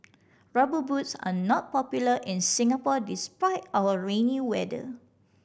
Rubber Boots are not popular in Singapore despite our rainy weather